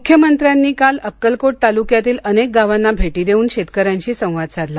मुख्यमंत्र्यांनी काल अक्कलकोट तालुक्यातील अनेक गावांना भेटी देवून शेतकऱ्यांशी संवाद साधला